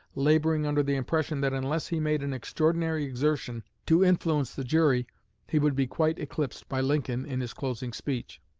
laboring under the impression that unless he made an extraordinary exertion to influence the jury he would be quite eclipsed by lincoln in his closing speech.